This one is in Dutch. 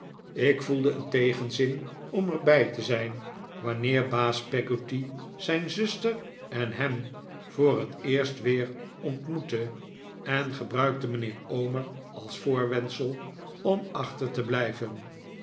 ik voelde een tegenzin om er bij te zijn wanneer baas peggotty zijn zuster en ham voor het eerst weer ontmoette en gebruikte mijnheer omer als voorwendsel om achter te blijven